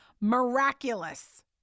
miraculous